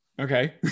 Okay